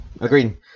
Agreed